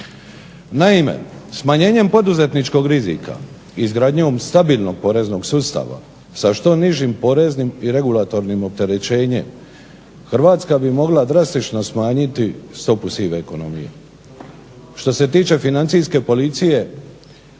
Naime, smanjenjem poduzetničkog rizika i izgradnjom stabilnog poreznog sustava sa što nižim poreznim i regulatornim opterećenjem Hrvatska bi mogla drastično smanjiti stopu sive ekonomije. Što se tiče Financijske policije,